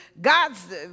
God's